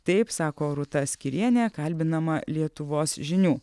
taip sako rūta skyrienė kalbinama lietuvos žinių